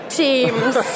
teams